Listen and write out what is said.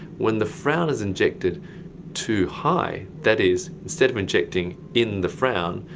when the frown is injected too high, that is instead of injecting in the frown,